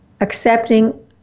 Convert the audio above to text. Accepting